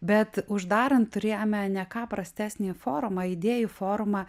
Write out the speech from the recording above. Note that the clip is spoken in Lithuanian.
bet uždaran turėjome ne ką prastesnį forumą idėjų forumą